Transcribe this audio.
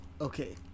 Okay